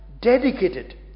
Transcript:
dedicated